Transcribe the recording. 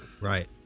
right